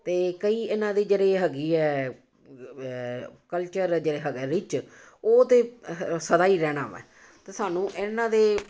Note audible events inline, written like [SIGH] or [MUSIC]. ਅਤੇ ਕਈ ਇਹਨਾਂ ਦੇ ਜਿਹੜੇ ਹੈਗੀ ਹੈ ਕਲਚਰ ਜਿਹੜਾ ਹੈਗਾ ਏ ਰਿੱਚ ਉਹ ਤਾਂ [UNINTELLIGIBLE] ਸਦਾ ਹੀ ਰਹਿਣਾ ਵਾ ਅਤੇ ਸਾਨੂੰ ਇਹਨਾਂ ਦੇ